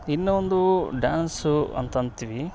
ಇನ್ನೊಂದು ಡ್ಯಾನ್ಸು ಅಂತ ಅಂತೀವಿ